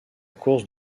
course